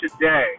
today